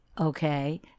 Okay